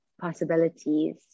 possibilities